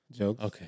Okay